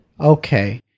Okay